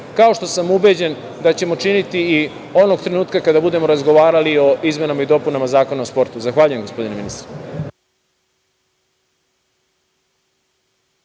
kao što sam ubeđen da ćemo činiti i onog trenutka kada budemo razgovarali o izmenama i dopunama Zakona o sportu. Zahvaljujem, gospodine ministre.